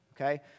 Okay